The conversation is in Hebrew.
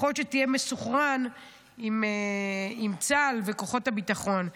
לפחות תהיה מסונכרן עם צה"ל וכוחות הביטחון.